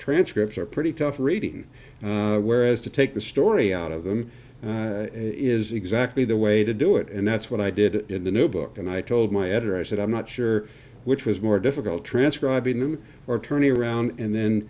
transcripts are pretty tough reading whereas to take the story out of them is exactly the way to do it and that's what i did in the new book and i told my editor i said i'm not sure which was more difficult transcribing them or turning around and then